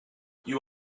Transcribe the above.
you